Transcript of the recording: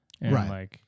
right